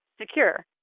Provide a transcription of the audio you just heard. secure